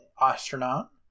astronaut